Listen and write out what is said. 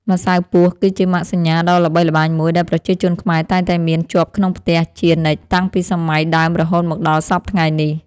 ម្សៅពស់គឺជាម៉ាកសញ្ញាដ៏ល្បីល្បាញមួយដែលប្រជាជនខ្មែរតែងតែមានជាប់ក្នុងផ្ទះជានិច្ចតាំងពីសម័យដើមរហូតមកដល់សព្វថ្ងៃនេះ។